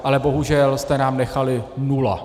Ale bohužel jste nám nechali nula.